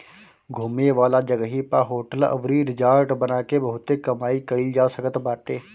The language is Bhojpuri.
घूमे वाला जगही पअ होटल अउरी रिजार्ट बना के बहुते कमाई कईल जा सकत बाटे